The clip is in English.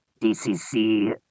DCC